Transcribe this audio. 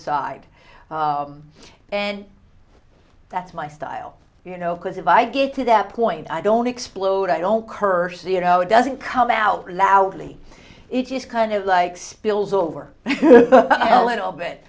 side and that's my style you know because if i get to that point i don't explode i don't curse you know it doesn't come out loudly it's just kind of like spills over a little bit